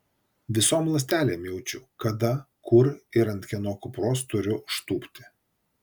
visom ląstelėm jaučiu kada kur ir ant kieno kupros turiu užtūpti